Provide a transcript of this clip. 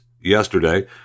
yesterday